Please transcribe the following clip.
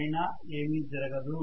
ఐనా ఏమీ జరగదు